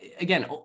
again